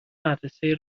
مدرسه